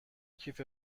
کیف